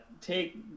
Take